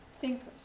thinkers